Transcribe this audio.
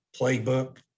playbook